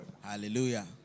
Hallelujah